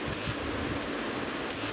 चरागाहक भूमि आब कम पड़ल जा रहल छै